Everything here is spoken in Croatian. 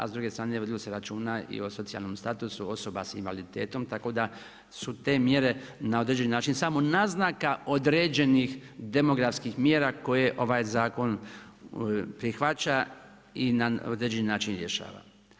A s druge strane, vodilo se računa i o socijalnom statusu osoba sa invaliditetom, tako da su te mjere na određeni način samo naznaka određenih demografskih mjera koje ovaj zakon prihvaća i na određeni način rješava.